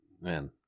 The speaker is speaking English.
man